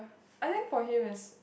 I think for him is